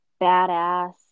badass